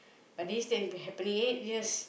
but this thing has been happening eight years